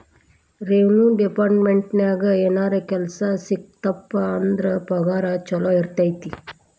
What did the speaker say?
revenue ಡೆಪಾರ್ಟ್ಮೆಂಟ್ನ್ಯಾಗ ಏನರ ಕೆಲ್ಸ ಸಿಕ್ತಪ ಅಂದ್ರ ಪಗಾರ ಚೊಲೋ ಇರತೈತಿ